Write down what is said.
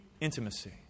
intimacy